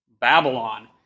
Babylon